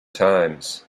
times